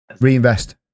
Reinvest